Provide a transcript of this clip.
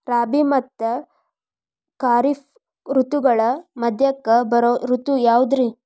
ರಾಬಿ ಮತ್ತ ಖಾರಿಫ್ ಋತುಗಳ ಮಧ್ಯಕ್ಕ ಬರೋ ಋತು ಯಾವುದ್ರೇ?